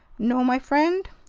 no, my friend.